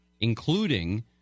including